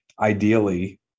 ideally